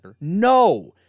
No